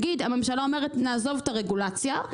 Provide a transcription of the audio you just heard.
הממשלה אומרת: נעזוב את הרגולציה,